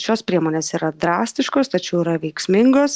šios priemonės yra drastiškos tačiau yra veiksmingos